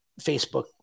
Facebook